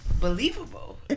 believable